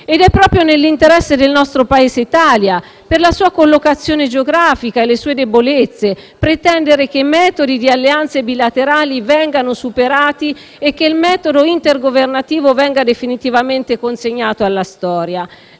Ed è proprio nell'interesse del nostro Paese Italia, per la sua collocazione geografica e le sue debolezze, pretendere che i metodi di alleanze bilaterali vengano superati e che il metodo intergovernativo venga definitivamente consegnato alla storia.